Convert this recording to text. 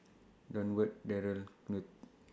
Durward Darryl Knute